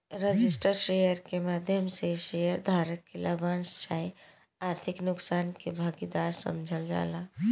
registered share के माध्यम से शेयर धारक के लाभांश चाहे आर्थिक नुकसान के भागीदार समझल जाला